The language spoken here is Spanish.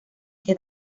que